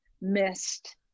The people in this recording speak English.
missed